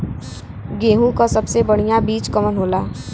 गेहूँक सबसे बढ़िया बिज कवन होला?